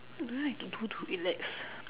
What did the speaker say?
what do I do to relax